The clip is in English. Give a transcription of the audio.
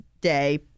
Day